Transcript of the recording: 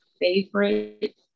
favorite